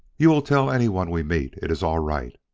you will tell anyone we meet it is all right.